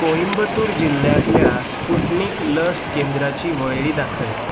कोयंबतूर जिल्ल्यांतल्या स्पुटनिक लस केंद्राची वळेरी दाखय